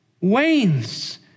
wanes